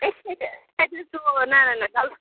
أسۍ کَتہِ کَتہِ حظ سُوو نَہ نَہ نَہ غلط